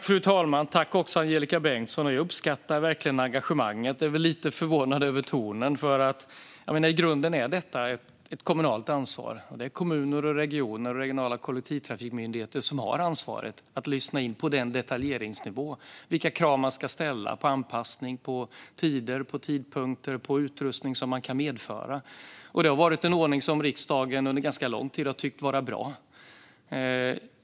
Fru talman! Jag uppskattar verkligen engagemanget men är lite förvånad över tonen. I grunden är detta ett kommunalt ansvar. Det är kommuner, regioner och regionala kollektivtrafikmyndigheter som har ansvaret att på denna detaljnivå lyssna in vilka krav man ska ställa på anpassning, tider, tidpunkter och vilken utrustning som man kan medföra. Denna ordning har riksdagen under ganska lång tid tyckt vara bra.